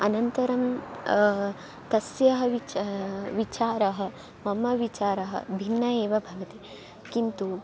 अनन्तरं तस्य विच विचारः मम विचारः भिन्नः एव भवति किन्तु